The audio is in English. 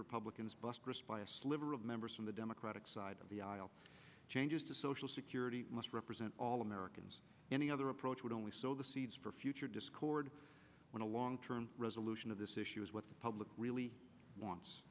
republicans bust response sliver of members from the democratic side of the aisle changes to social security must represent all americans any other approach would only sow the seeds for future discord when a long term resolution of this issue is what the public really